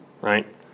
right